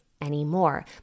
anymore